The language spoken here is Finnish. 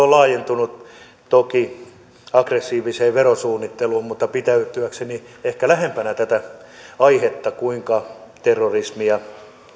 on toki laajentunut aggressiiviseen verosuunnitteluun mutta pitäytyäkseni ehkä lähempänä tätä aihetta kuinka terrorismia